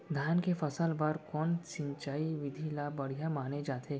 धान के फसल बर कोन सिंचाई विधि ला बढ़िया माने जाथे?